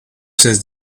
says